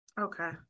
Okay